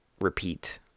repeat